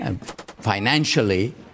financially